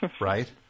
Right